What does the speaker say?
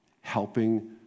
helping